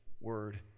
word